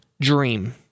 dream